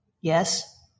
Yes